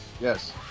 Yes